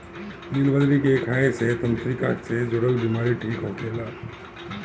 निलबदरी के खाए से तंत्रिका से जुड़ल बीमारी ठीक होखेला